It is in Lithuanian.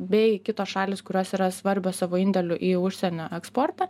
bei kitos šalys kurios yra svarbios savo indėliu į užsienio eksportą